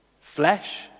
flesh